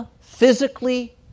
physically